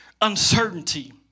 uncertainty